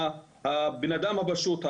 הבן אדם הפשוט,